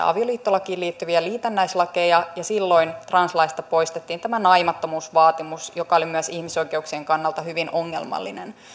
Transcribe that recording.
avioliittolakiin liittyviä liitännäislakeja ja silloin translaista poistettiin naimattomuusvaatimus joka oli myös ihmisoikeuksien kannalta hyvin ongelmallinen